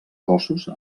cossos